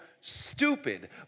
stupid